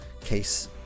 case